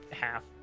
half